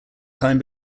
time